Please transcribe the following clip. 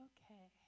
Okay